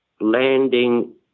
landing